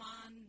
on